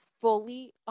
fully